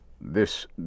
This